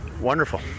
Wonderful